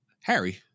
Harry